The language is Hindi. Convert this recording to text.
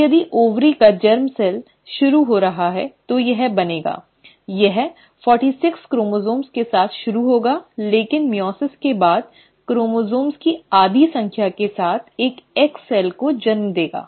तो यदि अंडाशय का जर्म सेल कोशिका शुरू हो रहा है तो यह बनेगा यह 46 क्रोमोसोम्स के साथ शुरू होगा लेकिन मइओसिस के बाद क्रोमोसोम्स की आधी संख्या के साथ एक अंडा कोशिका को जन्म देगा